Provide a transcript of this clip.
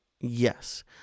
Yes